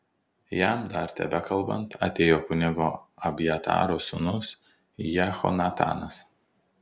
jam dar tebekalbant atėjo kunigo abjataro sūnus jehonatanas